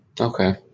okay